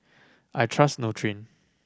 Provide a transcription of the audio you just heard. I trust Nutren